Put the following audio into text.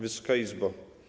Wysoka Izbo!